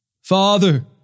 Father